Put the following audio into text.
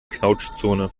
knautschzone